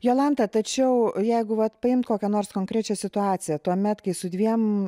jolanta tačiau jeigu vat paimt kokią nors konkrečią situaciją tuomet kai su dviem